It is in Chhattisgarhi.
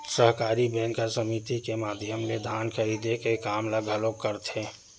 सहकारी बेंक ह समिति के माधियम ले धान खरीदे के काम ल घलोक करथे